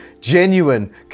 genuine